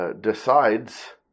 decides